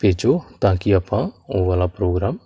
ਭੇਜੋ ਤਾਂ ਕਿ ਆਪਾਂ ਉਹ ਵਾਲਾ ਪ੍ਰੋਗਰਾਮ